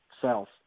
cells